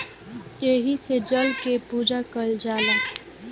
एही से जल के पूजा कईल जाला